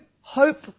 hope